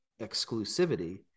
exclusivity